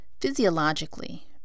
physiologically